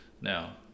now